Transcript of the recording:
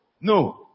No